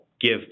give